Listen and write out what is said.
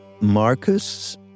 Marcus